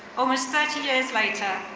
almost thirty years later,